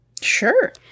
Sure